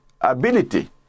ability